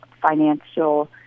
financial